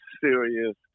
serious